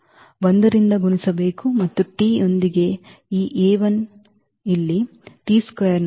ಆದ್ದರಿಂದ ಅನ್ನು ಈ 1 ರಿಂದ ಗುಣಿಸಬೇಕು ಮತ್ತು ಈ t ಯೊಂದಿಗೆ ಈ ಇಲ್ಲಿ ನೊಂದಿಗೆ ಮತ್ತು ಹೀಗೆ